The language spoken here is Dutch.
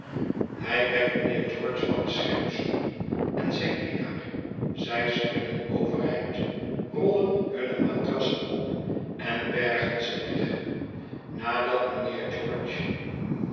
hij wekt mijnheer george van de schermschool en zijn dienaar zij springen overeind rollen hunne matrassen op en bergen ze weg nadat mijnheer george